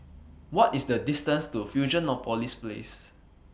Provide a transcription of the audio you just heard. What IS The distance to Fusionopolis Place